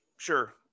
Sure